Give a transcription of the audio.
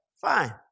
Fine